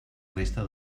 resta